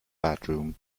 bedroom